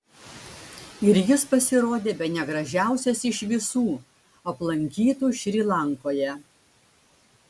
ir jis pasirodė bene gražiausias iš visų aplankytų šri lankoje